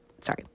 sorry